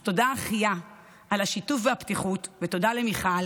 אז תודה אחיה על השיתוף והפתיחות, ותודה למיכל,